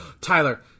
Tyler